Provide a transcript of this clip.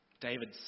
David